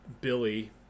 billy